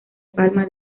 palma